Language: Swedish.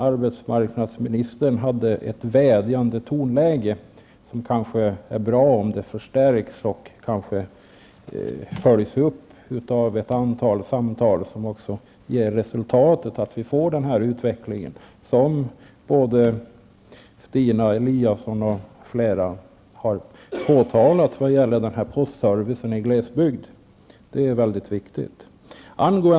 Arbetsmarknadsministern sade att han hade ett vädjande tonläge, och det är kanske bra om det förstärks och följs av ett antal samtal som ger till resultat att den utveckling i fråga om postservice i glesbygd som Stina Eliasson och andra har påtalat, också kommer till stånd. Det är mycket viktigt.